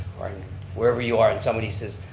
or where ever you are and somebody says,